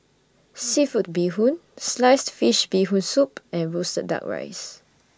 Seafood Bee Hoon Sliced Fish Bee Hoon Soup and Roasted Duck Rice